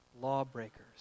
lawbreakers